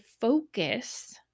focus